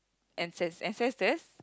ances~ ancestors